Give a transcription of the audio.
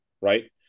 right